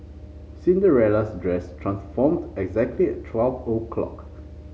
Cinderella's dress transformed exactly at twelve o'clock